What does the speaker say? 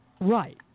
Right